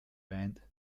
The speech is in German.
band